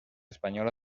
espanyola